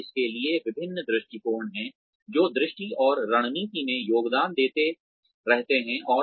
और इसके लिए विभिन्न दृष्टिकोण हैं जो दृष्टि और रणनीति में योगदान देते रहते हैं